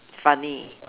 funny